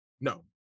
no